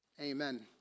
amen